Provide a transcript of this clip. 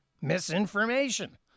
Misinformation